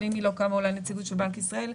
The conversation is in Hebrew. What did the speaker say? אבל אם היא לא קמה אולי נציגות של בנק ישראל.